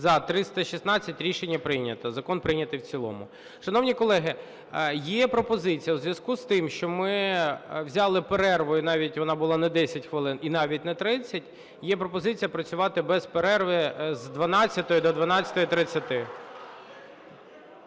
За-316 Рішення прийнято. Закон прийнятий в цілому. Шановні колеги, є пропозиція у зв'язку з тим, що ми взяли перерву, і навіть вона була не 10 хвилин, і навіть не 30, є пропозиція працювати без перерви з 12:00 до 12:30.